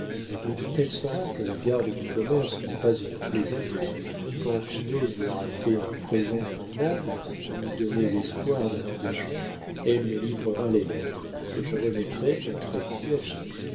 mais quand elle saura que le garde du commerce n'est pas une plaisanterie quand finot lui aura fait un présent convenable ou donné l'espoir d'un engagement elle me livrera les lettres que je remettrai